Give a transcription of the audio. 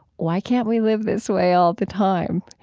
why can't we live this way all the time?